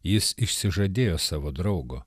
jis išsižadėjo savo draugo